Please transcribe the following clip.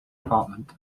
apartment